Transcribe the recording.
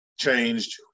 changed